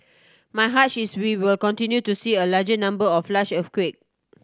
my hunch is we will continue to see a larger number of large earthquake